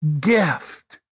gift